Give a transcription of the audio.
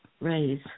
raise